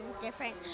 different